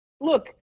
Look